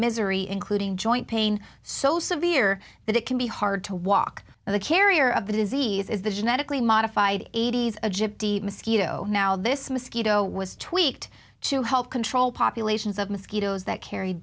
misery including joint pain so severe that it can be hard to walk the carrier of the disease is the genetically modified eighty's a gypsy mosquito now this mosquito was tweaked to help control populations of mosquitoes that carry